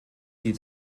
die